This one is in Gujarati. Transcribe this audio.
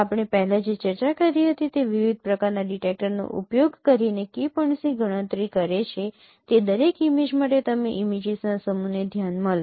આપણે પહેલાં જે ચર્ચા કરી હતી તે વિવિધ પ્રકારના ડિટેક્ટરનો ઉપયોગ કરીને કી પોઇન્ટ્સની ગણતરી કરે છે તે દરેક ઇમેજ માટે તમે ઇમેજીસના સમૂહને ધ્યાનમાં લો